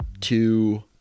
two